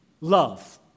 love